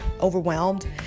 overwhelmed